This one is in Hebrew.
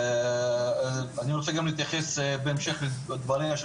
אני רוצה גם להתייחס בהמשך לדבריה של